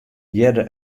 hearde